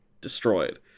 destroyed